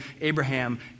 Abraham